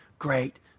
great